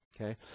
okay